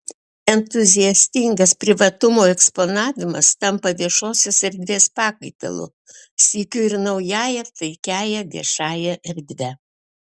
entuziastingas privatumo eksponavimas tampa viešosios erdvės pakaitalu sykiu ir naująją takiąja viešąja erdve